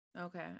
Okay